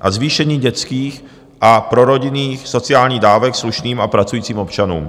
a zvýšení dětských a prorodinných sociálních dávek slušným a pracujícím občanům.